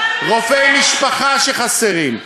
רופאי משפחה חסרים,